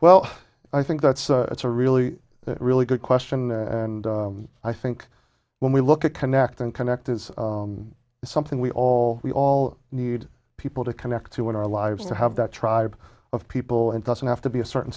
well i think that's a really really good question and i think when we look at connect and connect is something we all we all need people to connect to in our lives to have that tribe of people and doesn't have to be a certain